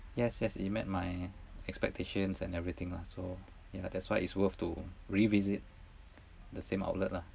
yes yes it met my expectations and everything lah so yeah that's why it's worth to revisit the same outlet lah